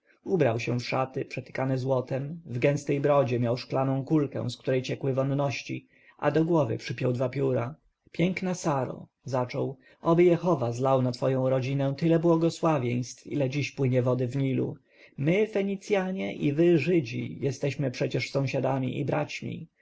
ubrał się w szaty przetykane złotem w gęstej brodzie miał szklaną kulkę z której ciekły wonności a do głowy przypiął dwa pióra piękna saro zaczął oby jehowa zlał na twoją rodzinę tyle błogosławieństw ile dziś płynie wody w nilu my fenicjanie i wy żydzi jesteśmy przecie sąsiadami i braćmi